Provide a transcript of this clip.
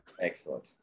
Excellent